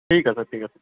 ঠিক আছে ঠিক আছে